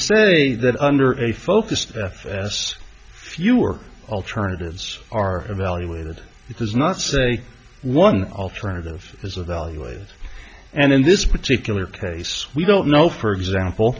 say that under a focused as fewer alternatives are evaluated it does not say one alternative is evaluated and in this particular case we don't know for example